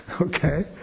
okay